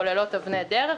שכוללות אבני דרך,